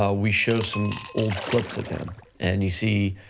ah we show some old clips of him and you see